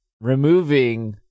removing